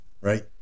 right